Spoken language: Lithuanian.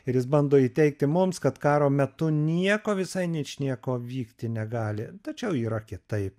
ir jis bando įteigti mums kad karo metu nieko visai ničnieko vykti negali tačiau yra kitaip